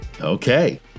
Okay